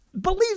believe